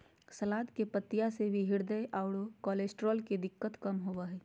सलाद के पत्तियाँ से हृदय आरो कोलेस्ट्रॉल के दिक्कत कम होबो हइ